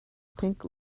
pink